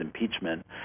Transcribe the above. impeachment